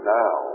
now